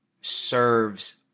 serves